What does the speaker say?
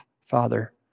Father